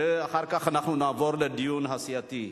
ואחר כך אנחנו נעבור לדיון הסיעתי.